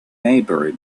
maybury